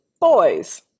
boys